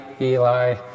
Eli